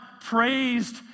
praised